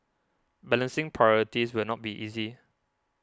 balancing priorities will not be easy